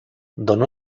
donó